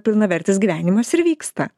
pilnavertis gyvenimas ir vyksta